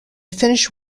finish